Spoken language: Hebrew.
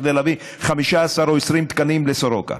כדי להביא 15 או 20 תקנים לסורוקה.